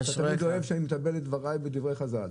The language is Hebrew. אני דואג שאני מטבל את דבריי בדברי חז"ל.